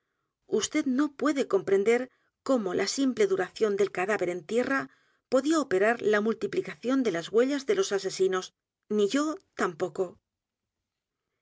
usted no puede comprender cómo la simple duración del cadáver en t i e r r a podía operar la multiplicación de las huellas de los asesinos ni yo tampoco